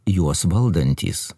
juos valdantys